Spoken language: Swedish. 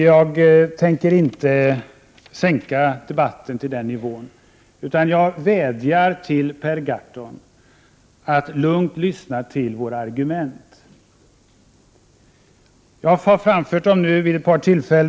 Jag tänker inte sänka debatten till den nivån, utan jag vädjar till Per Gahrton att lugnt lyssna på våra argument. Jag har redan framfört dem vid ett par tillfällen.